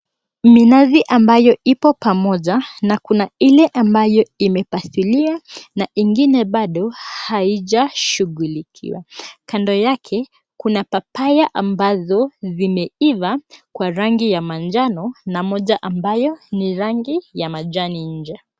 Minazi ambayo ipo pamoja na kuna ile ambayo imepasuliwa na ingine bado haijashughulikiwa. Kando yake kuna papaya ambazo zimeiva kwa rangi ya manjano na moja ambayo ni rangi ya majani nje.